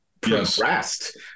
progressed